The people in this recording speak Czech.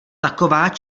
taková